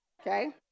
okay